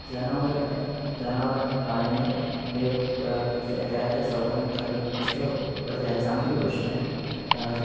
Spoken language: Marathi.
जनावरं जनावरं पाळणे हे पुष्क त्या त्याचे संवर्धन करणे हे पुष्क ओजाय चांगली गोष्ट आहे